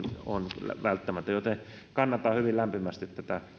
on kyllä välttämätön joten kannatan hyvin lämpimästi